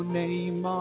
name